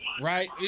right